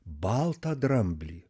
baltą dramblį